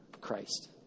Christ